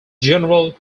general